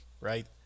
right